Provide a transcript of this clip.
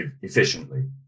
efficiently